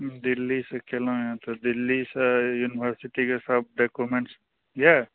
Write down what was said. दिल्ली से केलहुॅं तऽ दिल्ली सऽ युनिभर्सिटीके सब डॉक्युमेन्ट्स अछि